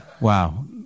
Wow